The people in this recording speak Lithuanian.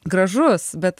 gražus bet